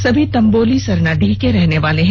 सभी तंबोली सरनाडीह के रहने वाले हैं